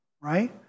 right